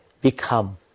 become